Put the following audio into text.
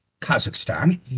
Kazakhstan